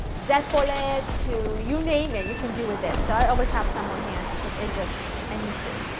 zeppole, and to you name it, you can do it with it, so i always have some on hand because it just i need to.